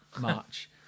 March